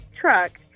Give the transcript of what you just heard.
truck